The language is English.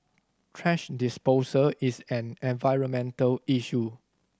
thrash disposal is an environmental issue